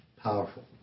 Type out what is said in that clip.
Powerful